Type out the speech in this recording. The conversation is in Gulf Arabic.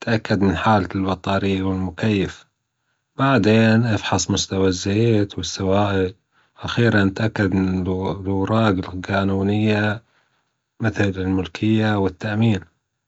تأكد من حالة البطارية والمكيف، بعدين إفحص مستوى الزيت والسوائل أخيرا تأكد إنه الأوراج جانونية مثل الملكية والتأمين.